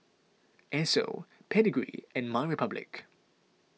Esso Pedigree and MyRepublic